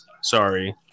sorry